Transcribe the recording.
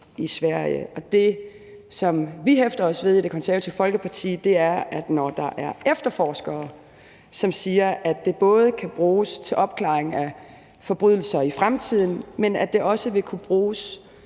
i Sverige. Det, som vi hæfter os ved i Det Konservative Folkeparti, er, at der er efterforskere, som siger, at det både kan bruges til opklaring af forbrydelser i fremtiden, men at det også vil kunne bruges